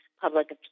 public